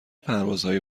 پروازهایی